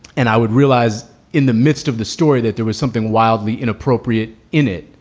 and i would realize in the midst of the story that there was something wildly inappropriate in it.